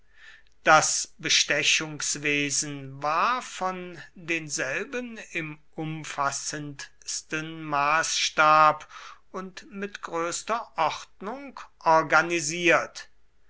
das bestechungswesen war von denselben im umfassendsten maßstab und mit größter ordnung organisiert